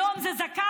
היום זה זקן,